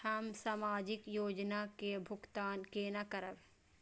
हम सामाजिक योजना के भुगतान केना करब?